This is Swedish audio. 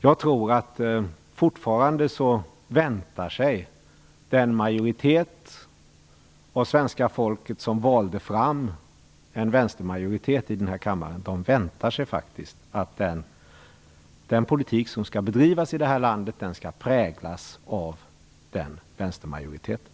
Jag tror att den majoritet av svenska folket som röstade fram en vänstermajoritet i den här kammaren fortfarande väntar sig att politiken som bedrivs i det här landet skall präglas av den vänstermajoriteten.